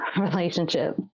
relationship